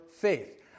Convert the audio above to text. faith